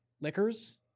liquors